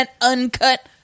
uncut